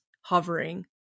hovering